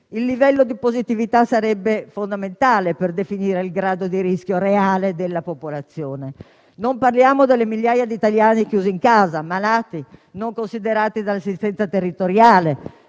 il livello di positività sarebbe fondamentale per definire il grado di rischio reale della popolazione. Non parliamo delle migliaia di italiani chiusi in casa, malati e non considerati dall'assistenza territoriale.